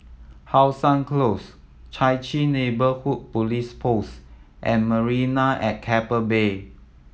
How Sun Close Chai Chee Neighbourhood Police Post and Marina at Keppel Bay